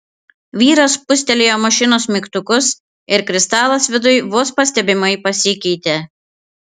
vyras spustelėjo mašinos mygtukus ir kristalas viduj vos pastebimai pasikeitė